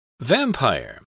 Vampire